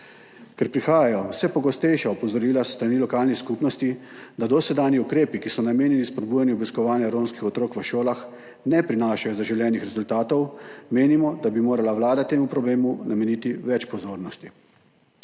Ker prihajajo vse pogostejša opozorila s strani lokalnih skupnosti, da dosedanji ukrepi, ki so namenjeni spodbujanju obiskovanja šol romskih otrok, ne prinašajo želenih rezultatov, menimo, da bi morala Vlada temu problemu nameniti več pozornosti.